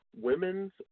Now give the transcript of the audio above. Women's